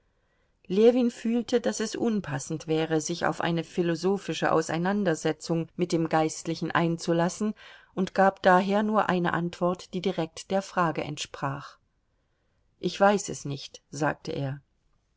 ljewin fühlte daß es unpassend wäre sich auf eine philosophische auseinandersetzung mit dem geistlichen einzulassen und gab daher nur eine antwort die direkt der frage entsprach ich weiß es nicht sagte er